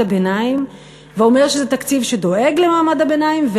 הביניים ואומר שזה תקציב שדואג למעמד הביניים,